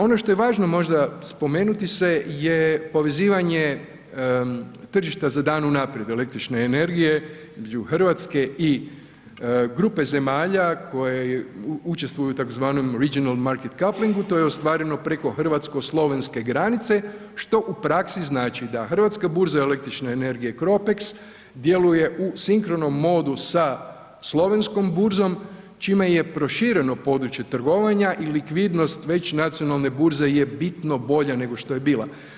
Ono što je važno možda spomenuti se je povezivanje tržišta za dan unaprijed električne energije između Hrvatske i grupe zemalja koje učestvuju u tzv. regional market couplingu, to je ostvareno preko hrvatsko-slovenske granice što u praksi znači da hrvatska burza električne energije CROPEX djeluje u sinkronom modu sa slovenskom burzom čime je prošireno područje trgovanja i likvidnost već nacionalne burze je bitna bolja nego što je bila.